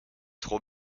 trop